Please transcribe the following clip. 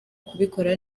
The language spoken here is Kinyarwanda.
kubikora